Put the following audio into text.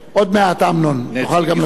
עוד מעט, אמנון, תוכל גם לשבת.